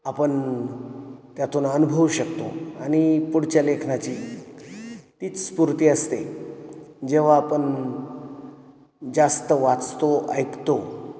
आपण त्यातून अनुभवू शकतो आणि पुढच्या लेखनाची तीच स्फूर्ती असते जेव्हा आपण जास्त वाचतो ऐकतो